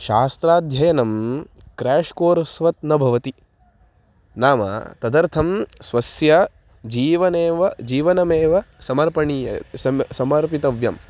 शास्त्राध्ययनं crash course वत् न भवति नाम तदर्थं स्वस्य जीवनेव जीवनमेव समर्पणीय समर्पितव्यम्